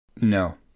No